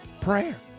prayer